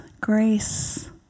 grace